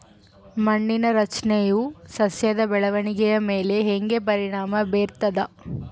ಮಣ್ಣಿನ ರಚನೆಯು ಸಸ್ಯದ ಬೆಳವಣಿಗೆಯ ಮೇಲೆ ಹೆಂಗ ಪರಿಣಾಮ ಬೇರ್ತದ?